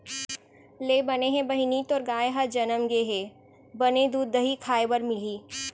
ले बने हे बहिनी तोर गाय ह जनम गे, बने दूद, दही खाय बर मिलही